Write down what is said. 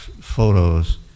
photos